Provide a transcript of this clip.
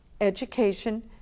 education